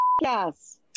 yes